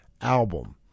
album